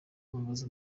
umubaza